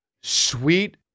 sweet